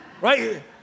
right